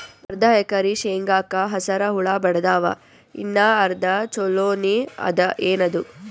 ಅರ್ಧ ಎಕರಿ ಶೇಂಗಾಕ ಹಸರ ಹುಳ ಬಡದಾವ, ಇನ್ನಾ ಅರ್ಧ ಛೊಲೋನೆ ಅದ, ಏನದು?